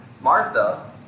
Martha